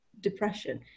depression